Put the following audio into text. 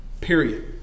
Period